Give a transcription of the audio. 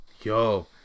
Yo